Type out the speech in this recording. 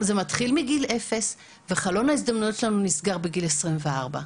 זה מתחיל מגיל אפס וחלון ההזדמנויות שלנו נסגר בגיל 24,